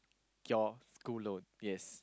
you school loan yes